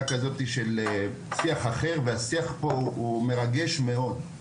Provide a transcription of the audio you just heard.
כזאת של שיח אחר בדיון הזה והשיח פה הוא מרגש מאוד.